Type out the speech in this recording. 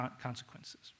consequences